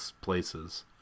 places